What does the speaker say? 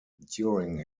during